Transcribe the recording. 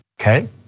Okay